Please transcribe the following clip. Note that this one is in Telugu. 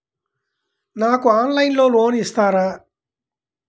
నాకు ఆన్లైన్లో లోన్ ఇస్తారా?